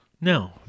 No